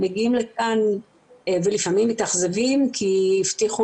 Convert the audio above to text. הם מגיעים לכאן ולפעמים מתאכזבים כי הבטיחו